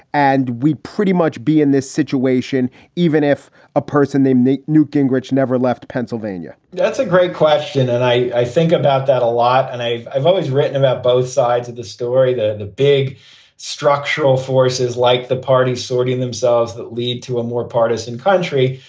and we pretty much be in this situation even if a person they make newt gingrich never left pennsylvania that's a great question. and i think about that a lot. and i've i've always written about both sides of the story. the the big structural forces like the party sorting themselves that lead to a more partisan country.